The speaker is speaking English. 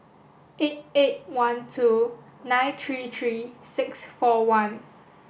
eight eight one two nine three three six four one